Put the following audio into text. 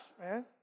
man